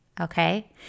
Okay